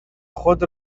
خود